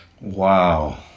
Wow